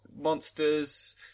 Monsters